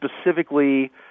specifically